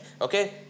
okay